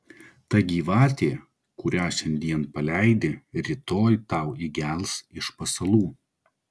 ta gyvatė kurią šiandien paleidi rytoj tau įgels iš pasalų